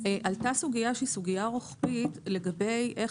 עלתה סוגיה שהיא סוגיה רוחבית לגבי איך